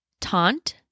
taunt